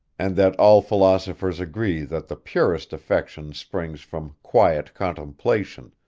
and that all philosophers agree that the purest affection springs from quiet contemplation,